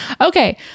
Okay